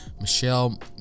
Michelle